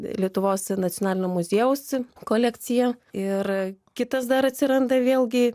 lietuvos nacionalinio muziejaus kolekciją ir kitas dar atsiranda vėlgi